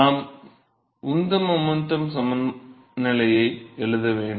நாம் மொமென்டம் சமநிலையை எழுத வேண்டும்